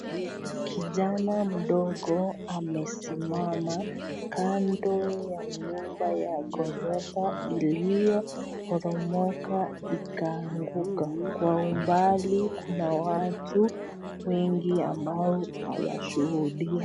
Kijana mdogo amesimama kando ya nyumba ya ghorofa iliyo poromoka ikaanguka, kwa umbali kuna watu wengi ambao wanashuhudia.